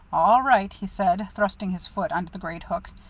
all right, he said, thrusting his foot into the great hook,